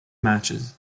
matches